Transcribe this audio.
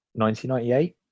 1998